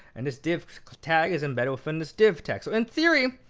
and this div tag is embedded within this div tag. so in theory,